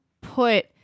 put